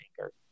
Anchor